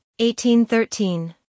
1813